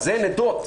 על זה הן עדות.